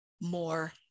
more